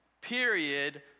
period